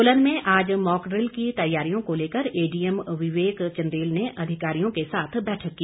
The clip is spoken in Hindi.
सोलन में आज मॉकड़िल की तैयारियों को लेकर एडीएम विवेक चंदेल ने अधिकारियों के साथ बैठक की